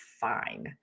fine